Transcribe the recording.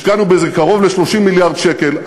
השקענו בזה קרוב ל-30 מיליארד שקל,